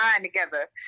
together